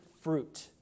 fruit